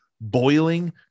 boiling